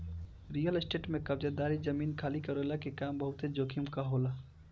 real estate में कब्ज़ादारी, जमीन खाली करववला के काम बहुते जोखिम कअ होला